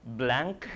blank